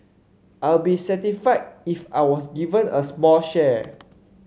I'll be satisfied if I was given a small share